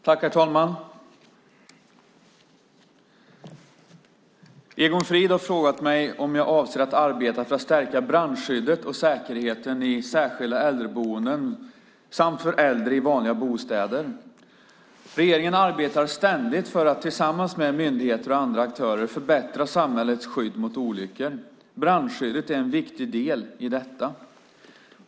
Herr talman! Egon Frid har frågat mig om jag avser att arbeta för att stärka brandskyddet och säkerheten i särskilda äldreboenden samt för äldre i vanliga bostäder. Regeringen arbetar ständigt för att, tillsammans med myndigheter och andra aktörer, förbättra samhällets skydd mot olyckor. Brandskyddet är en viktig del i detta.